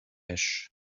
ash